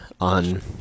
on